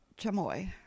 Chamoy